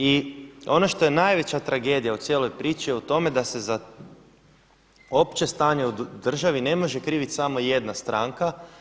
I ono što je najveća tragedija u cijeloj priči o tome, da se za opće stanje u državi ne može krivit samo jedna stranka.